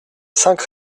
cinq